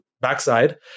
backside